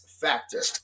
Factor